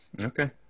Okay